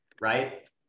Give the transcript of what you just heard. right